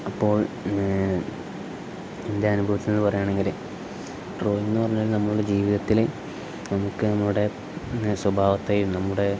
അപ്പോൾ എൻ്റെ അനുഭവത്തിൽ നിന്ന് പറയുകയാണെങ്കിൽ ഡ്രോയിങ് എന്ന് പറഞ്ഞൽ നമ്മുടെ ജീവിതത്തിൽ നമുക്ക് നമ്മുടെ സ്വഭാവത്തേയും നമ്മുടെ